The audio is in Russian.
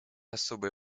особое